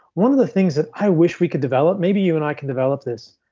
one of the things that i wish we could develop, maybe you and i can develop this,